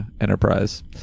Enterprise